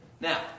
Now